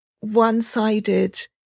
one-sided